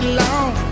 long